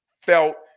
felt